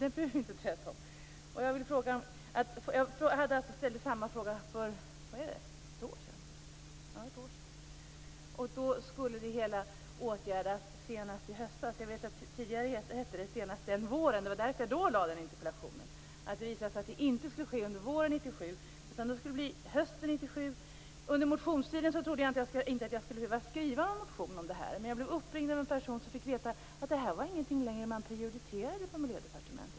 Det behöver vi inte träta om. Jag ställde samma fråga för ett år sedan, och då skulle det hela åtgärdas senast i höstas. Jag vet att det tidigare hette senast den våren. Det var därför jag då ställde interpellationen, det visade sig nämligen att det inte skulle ske under våren 1997, utan det skulle bli hösten 1997. Under motionstiden trodde jag inte att jag skulle behöva skriva en motion om detta. Men jag blev uppringd av en person och fick veta att det här inte längre var något man prioriterade på Miljödepartementet.